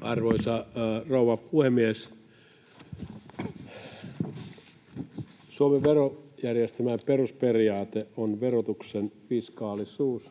Arvoisa rouva puhemies! Suomen verojärjestelmän perusperiaate on verotuksen fiskaalisuus.